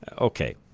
Okay